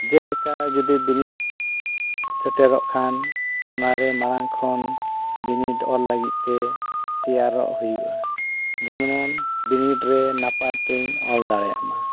ᱡᱮᱞᱮᱠᱟ ᱡᱩᱫᱤ ᱵᱤᱱᱤᱰ ᱥᱮᱴᱮᱨᱚᱜ ᱠᱷᱟᱱ ᱚᱱᱟᱨᱮ ᱢᱟᱲᱟᱝ ᱠᱷᱚᱱ ᱵᱤᱱᱤᱰ ᱚᱞ ᱞᱟᱹᱜᱤᱫᱛᱮ ᱛᱮᱭᱟᱨᱚᱜ ᱦᱩᱭᱩᱜᱼᱟ ᱡᱮᱢᱚᱱ ᱵᱤᱱᱤᱰᱨᱮ ᱱᱟᱯᱟᱭᱛᱮᱧ ᱚᱞ ᱫᱟᱲᱮᱭᱟᱜ ᱢᱟ